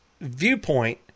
viewpoint